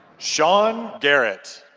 sean garrett